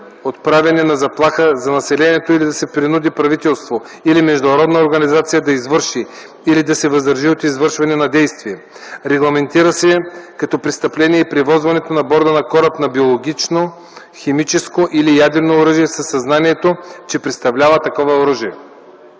отправяне на заплаха за населението или да се принуди правителство или международна организация да извърши или да се въздържи от извършване на действие. Регламентира се като престъпление и превозването на борда на кораб на биологично, химическо или ядрено оръжие със съзнанието, че представлява такова оръжие.